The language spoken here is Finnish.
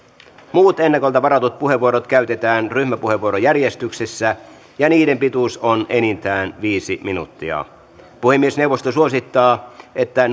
muut ennakolta varatut puheenvuorot käytetään ryhmäpuheenvuorojärjestyksessä ja niiden pituus on enintään viisi minuuttia puhemiesneuvosto suosittaa että